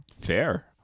fair